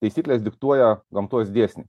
taisyklės diktuoja gamtos dėsnį